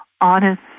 honest